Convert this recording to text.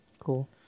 Cool